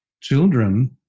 children